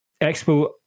expo